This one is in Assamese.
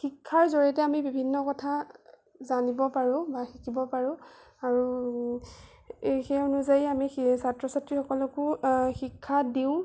শিক্ষাৰ জড়িয়তে আমি বিভিন্ন কথা জানিব পাৰোঁ বা শিকিব পাৰোঁ আৰু সেই অনুযায়ী আমি ছাত্ৰ ছাত্ৰীসকলকো শিক্ষা দিওঁ